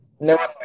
No